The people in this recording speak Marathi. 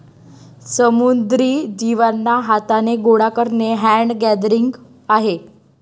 समुद्री जीवांना हाथाने गोडा करणे हैंड गैदरिंग आहे